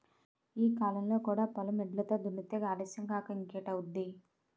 ఈ కాలంలో కూడా పొలం ఎడ్లతో దున్నితే ఆలస్యం కాక ఇంకేటౌద్ది?